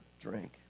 drink